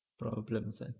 pra~ plan pasal